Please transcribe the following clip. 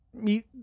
meet